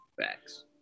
Facts